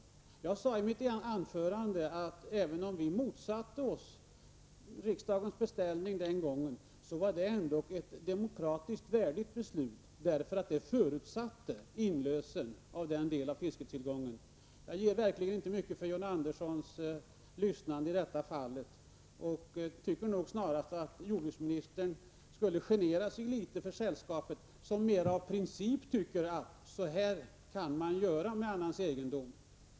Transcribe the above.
I mitt anförande sade jag, att även om vi motsatte oss riksdagens beställning tidigare, var det ett demokratiskt värdigt beslut, eftersom det förutsatte inlösen. I detta fall ger jag verkligen inte mycket för John Anderssons lyssnande. Jag tycker att jordbruksministern borde vara litet generad över det sällskap som mera av princip tycker att det går för sig att göra på detta sätt med annans egendom.